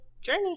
journey